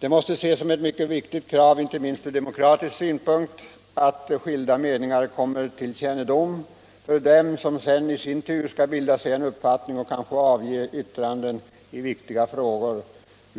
Det måste ses som ett mycket viktigt krav inte minst ur demokratisk synvinkel att skilda meningar kommer till kännedom för dem som i sin tur skall bilda sig en uppfattning och kanske avge yttranden i viktiga frågor